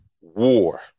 war